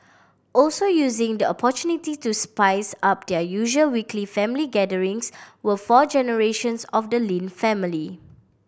also using the opportunity to spice up their usual weekly family gatherings were four generations of the Lin family